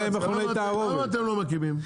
אתם לא מקימים?